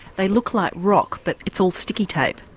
they look like rock but it's all sticky tape.